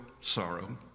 sorrow